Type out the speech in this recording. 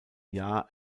jahr